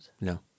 No